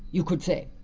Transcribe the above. you could say!